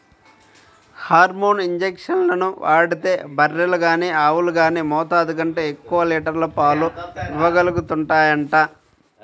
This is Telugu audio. హార్మోన్ ఇంజక్షన్లు వాడితే బర్రెలు గానీ ఆవులు గానీ మోతాదు కంటే ఎక్కువ లీటర్ల పాలు ఇవ్వగలుగుతాయంట